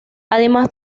además